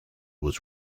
was